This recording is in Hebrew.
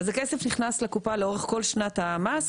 אז הכסף נכנס לקופה לאורך כל שנת המס,